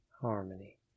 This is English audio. harmony